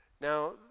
now